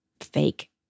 fake